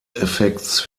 effekts